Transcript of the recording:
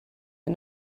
are